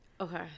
okay